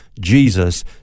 Jesus